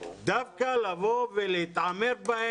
דווקא כהתעמרות,